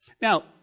now